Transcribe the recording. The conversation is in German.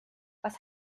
was